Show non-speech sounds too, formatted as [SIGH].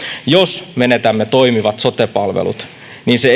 jos menetämme toimivat sote palvelut se [UNINTELLIGIBLE]